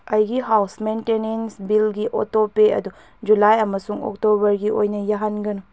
ꯑꯩꯒꯤ house maintenance ꯕꯤꯜꯒꯤ ꯑꯣꯇꯣꯄꯦ ꯑꯗꯨ ꯖꯨꯂꯥꯏ ꯑꯃꯁꯨꯡ ꯑꯣꯛꯇꯣꯕꯔꯒꯤ ꯑꯣꯏꯅ ꯌꯥꯍꯟꯒꯅꯨ